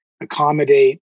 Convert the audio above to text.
accommodate